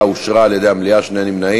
הגבלת שכר טרחה של עורכי-דין),